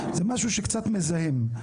זה משהו שקצת מזהם.